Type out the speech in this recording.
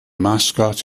mascot